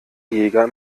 jäger